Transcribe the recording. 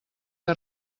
que